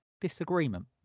disagreement